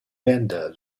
wendell